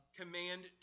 command